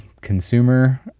consumer